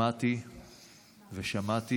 הזאת,